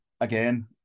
again